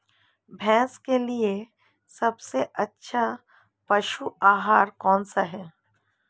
भैंस के लिए सबसे अच्छा पशु आहार कौनसा है?